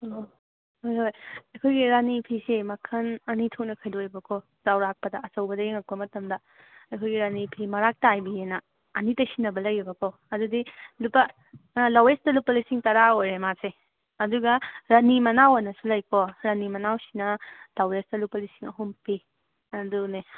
ꯎꯝ ꯎꯝ ꯍꯣꯏ ꯑꯩꯈꯣꯏꯒꯤ ꯔꯥꯅꯤ ꯐꯤꯁꯦ ꯃꯈꯜ ꯑꯅꯤ ꯊꯣꯛꯅ ꯈꯥꯏꯗꯣꯛꯑꯦꯕꯀꯣ ꯆꯧꯔꯥꯛꯄꯗ ꯑꯆꯧꯕꯗꯒꯤ ꯌꯦꯡꯉꯛꯄ ꯃꯇꯝꯗ ꯑꯩꯈꯣꯏ ꯔꯥꯅꯤꯐꯤ ꯃꯔꯥꯛ ꯇꯥꯏꯕꯤ ꯑꯅ ꯑꯅꯤ ꯇꯥꯏꯁꯤꯟꯅꯕ ꯂꯩꯑꯦꯕꯀꯣ ꯑꯗꯨꯗꯤ ꯂꯨꯄꯥ ꯂꯥꯋꯦꯁꯇ ꯂꯨꯄꯥ ꯂꯤꯁꯤꯡ ꯇꯔꯥ ꯑꯣꯏꯌꯦ ꯃꯥꯁꯦ ꯑꯗꯨꯒ ꯔꯥꯅꯤ ꯃꯅꯥꯎꯑꯅꯁꯨ ꯂꯩꯀꯣ ꯔꯥꯅꯤ ꯃꯅꯥꯎꯁꯤꯅ ꯂꯣꯋꯦꯁꯇ ꯂꯨꯄꯥ ꯂꯤꯁꯤꯡ ꯑꯍꯨꯝ ꯄꯤ ꯑꯗꯨꯅꯦ